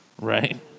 Right